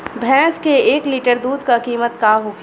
भैंस के एक लीटर दूध का कीमत का होखेला?